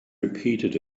repeated